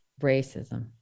racism